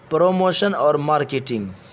promotion اور marketing